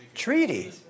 treaty